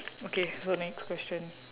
okay so next question